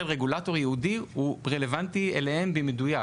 רגולטור ייעודי הוא רלוונטי אליהם במדויק.